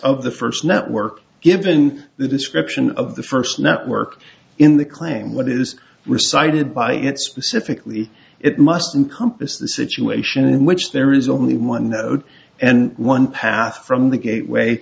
of the first network given the description of the first network in the claim what is recited by it specifically it must in compass the situation in which there is only one node and one path from the gateway